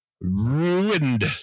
ruined